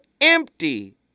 empty